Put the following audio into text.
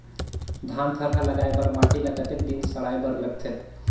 धान थरहा लगाय बर माटी ल कतेक दिन सड़ाय बर लगथे?